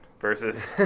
Versus